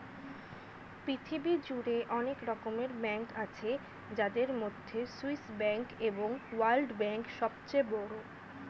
পৃথিবী জুড়ে অনেক রকমের ব্যাঙ্ক আছে যাদের মধ্যে সুইস ব্যাঙ্ক এবং ওয়ার্ল্ড ব্যাঙ্ক সবচেয়ে বড়